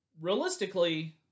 Realistically